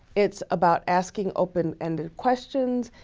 it's about asking open-ended questions,